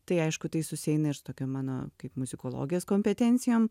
tai aišku tai susieina ir su tokiom mano kaip muzikologės kompetencijom